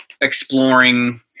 exploring